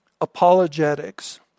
Apologetics